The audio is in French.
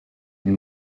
ils